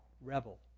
rebel